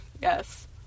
Yes